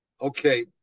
Okay